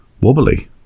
Wobbly